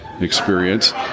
Experience